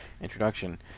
introduction